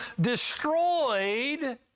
destroyed